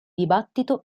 dibattito